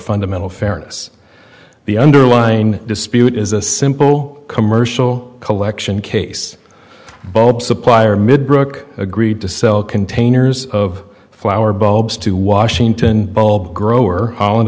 fundamental fairness the underlying dispute is a simple commercial collection case both supplier middlebrook agreed to sell containers of flour bulbs to washington grower holland